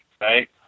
right